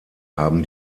haben